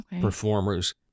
performers